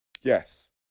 Yes